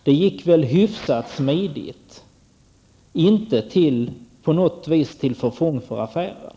Det gick hyfsat smidigt, inte på något vis till förfång för affären.